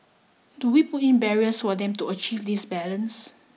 do we put in barriers for them to achieve this balance